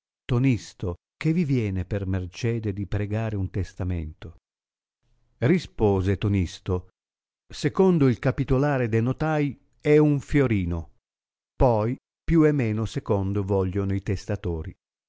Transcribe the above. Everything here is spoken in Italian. tonisto che vi viene per mercede di pregare un testamento rispose tonisto secondo il capitolare de notai è un fiorino poi più e meno secondo vogliono i testatori